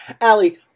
Allie